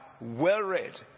well-read